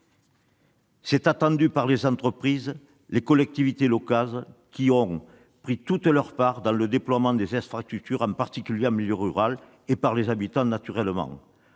C'était attendu par les entreprises, par les collectivités locales, qui ont pris toute leur part dans le déploiement des infrastructures, en particulier en milieu rural, et, bien évidemment,